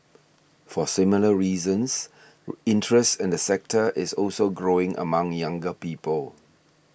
for similar reasons interest in the sector is also growing among younger people